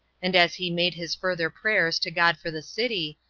and as he made his further prayers to god for the city,